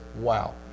wow